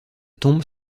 tombe